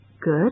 Good